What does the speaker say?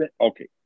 okay